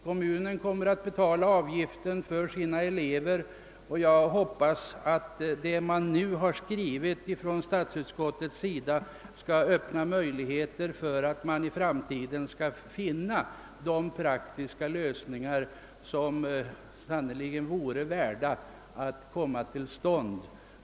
Kommunen kommer att betala avgifterna för sina elever, och jag hoppas att vad statsutskottet nu skrivit skall göra det möjligt att i framtiden finna de praktiska lösningar, som sannerligen är värda att uppnås.